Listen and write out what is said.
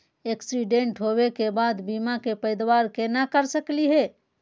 Accident होवे के बाद बीमा के पैदावार केना कर सकली हे?